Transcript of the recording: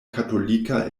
katolika